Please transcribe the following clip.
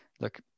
Look